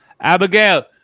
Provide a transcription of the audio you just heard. Abigail